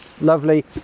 lovely